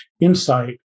insight